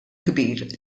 kbir